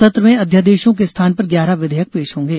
सत्र में अध्यादेशों के स्थान पर ग्यारह विधेयक पेश होंगे